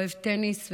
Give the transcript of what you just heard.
אוהב טניס וכדורגל,